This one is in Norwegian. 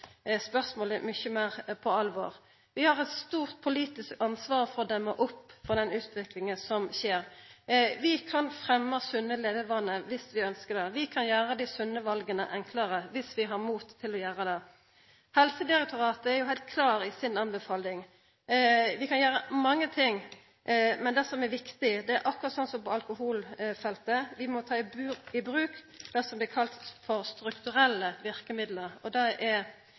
mykje meir på alvor. Vi har eit stort politisk ansvar for å demma opp for den utviklinga som skjer. Vi kan fremma sunne levevanar viss vi ønskjer det, og vi kan gjera dei sunne vala enklare viss vi har mot til å gjera det. Helsedirektoratet er heilt klar i si anbefaling: Vi kan gjera mange ting, men det som er viktig – det er akkurat slik som på alkoholfeltet, vi må ta i bruk det som blir kalla strukturelle verkemiddel – er